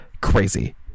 crazy